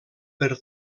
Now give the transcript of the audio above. per